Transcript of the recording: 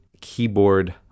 keyboard